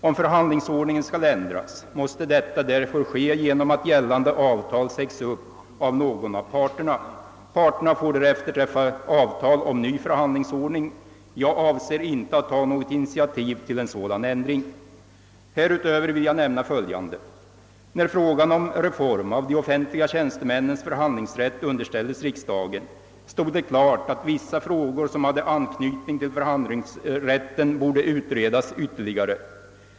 Om förhandlingsordningen skall ändras, måste detta därför ske genom att gällande avtal sägs upp av någon av parterna. Parterna får därefter träffa avtal om ny förhandlingsordning. Jag avser inte att ta något initiativ till en sådan ändring. Härutöver vill jag nämna följande. När frågan om reform av de offentliga tiänstemännens förhandlingsrätt underställdes riksdagen, stod det klart att vissa frågor som hade anknytning till förhandlingsrätten borde utredas ytterligare.